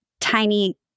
tiny